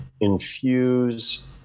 infuse